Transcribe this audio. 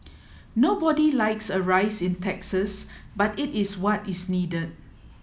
nobody likes a rise in taxes but it is what is needed